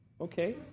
Okay